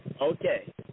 Okay